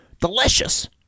Delicious